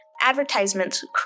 advertisements